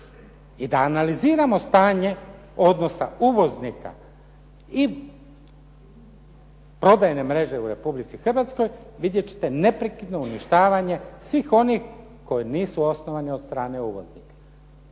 I da analiziramo stanje odnosa uvoznika i prodajne mreže u Republici Hrvatskoj, vidjet ćete neprekidno uništavanje svih onih koji nisu osnovani od strane uvoznika.